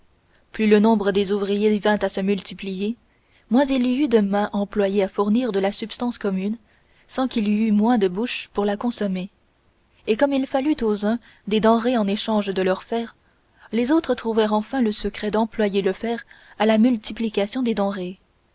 plus le nombre des ouvriers vint à se multiplier moins il y eut de mains employées à fournir à la subsistance commune sans qu'il y eût moins de bouches pour la consommer et comme il fallut aux uns des denrées en échange de leur fer les autres trouvèrent enfin le secret d'employer le fer à la multiplication des denrées